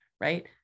right